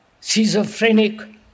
schizophrenic